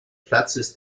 platzes